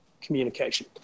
communication